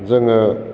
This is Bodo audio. जोङो